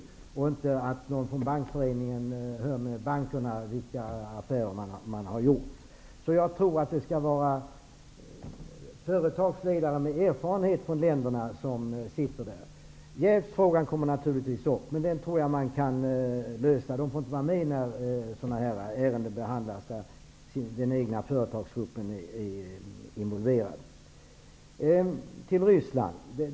Det räcker inte att en representant från Bankföreningen hör med bankerna vilka affärer som har gjorts. Jag tror att det skall sitta företagsledare med erfarenhet från länderna i styrelsen. Jävsfrågan kommer naturligtvis upp, men den tror jag att man kan lösa. De får inte vara med när ärenden där den egna företagsgruppen är involverad behandlas.